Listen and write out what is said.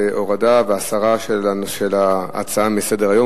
זה הורדה והסרה של ההצעה מסדר-היום,